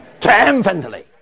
Triumphantly